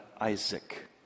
Isaac